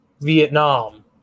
Vietnam